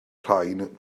rhain